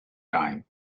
time